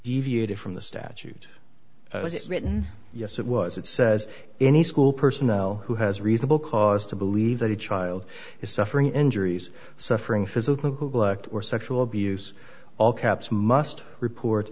deviated from the statute written yes it was it says any school personnel who has reasonable cause to believe that a child is suffering injuries suffering physically or sexual abuse all caps must report